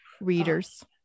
readers